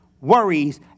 worries